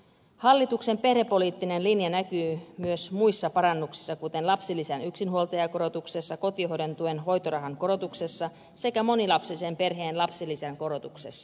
hallituksen perhepoliittinen linja näkyy myös muissa parannuksissa kuten lapsilisän yksinhuoltajakorotuksessa kotihoidon tuen hoitorahan korotuksessa sekä monilapsisen perheen lapsilisän korotuksessa